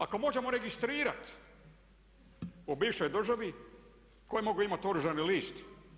Ako možemo registrirati, u bivšoj državi tko je mogao imati oružani list?